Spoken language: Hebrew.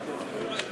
חברים.